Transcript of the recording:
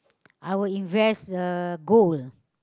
I would invest uh gold